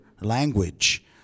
language